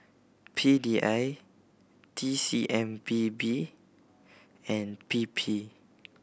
P D I T C M P B and P P